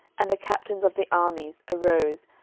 and the captains of the armies, arose,